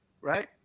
right